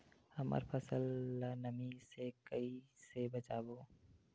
हमर फसल ल नमी से क ई से बचाबो?